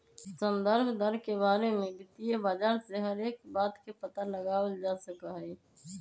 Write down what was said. संदर्भ दर के बारे में वित्तीय बाजार से हर एक बात के पता लगावल जा सका हई